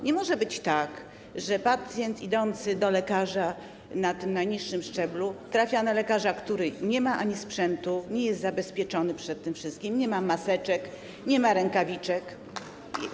Nie może być tak, że pacjent, który idzie do lekarza na tym najniższym szczeblu, trafia na lekarza, który nie ma sprzętu, nie jest zabezpieczony przed tym wszystkim, nie ma maseczek, nie ma rękawiczek.